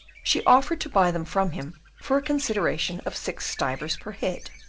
she offered to buy them from him for a consideration of six stivers per head.